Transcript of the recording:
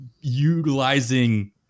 utilizing